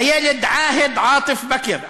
הילד עאהד עאטף בכר,